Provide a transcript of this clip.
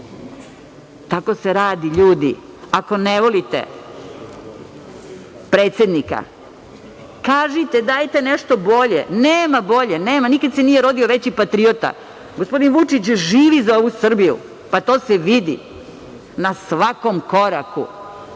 se radi, ljudi. Ako ne volite predsednika, kažite, dajte nešto bolje. Nema bolje, nikad se nije rodio veći patriota. Gospodin Vučić živi za ovu Srbiju, pa to se vidi na svakom koraku. Takođe,